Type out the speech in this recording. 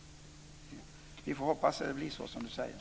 Vi får hoppas att det blir så som Lars Ohly säger.